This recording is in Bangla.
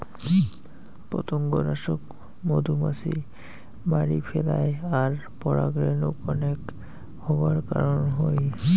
পতঙ্গনাশক মধুমাছি মারি ফেলায় আর পরাগরেণু কনেক হবার কারণ হই